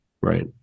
right